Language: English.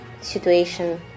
situation